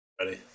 Ready